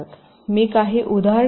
मी काही उदाहरणे देईन